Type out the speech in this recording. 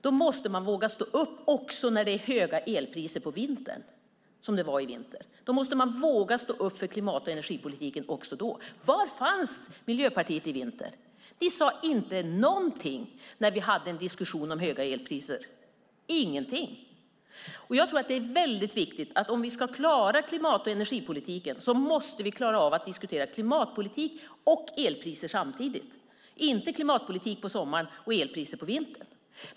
Man måste våga stå upp för klimat och energipolitiken även när det är höga elpriser på vintern, så som det var i vintras. Var fanns Miljöpartiet i vintras? Ni sade ingenting när vi hade en diskussion om höga elpriser. Om vi ska klara klimat och energipolitiken måste vi klara att diskutera klimatpolitik och elpriser samtidigt, inte klimatpolitik på sommaren och elpriser på vintern.